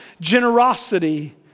generosity